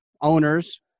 owners